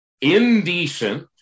Indecent